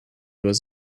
was